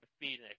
Phoenix